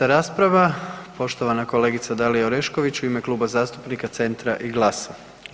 I 9. rasprava, poštovana kolegica Dalija Orešković u ime Kluba zastupnika Centra i GLAS-a.